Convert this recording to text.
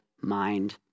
mind